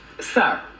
Sir